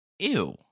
Ew